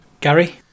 gary